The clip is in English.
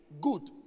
good